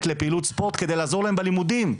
לפעילות ספורט כדי לעזור להם בלימודים.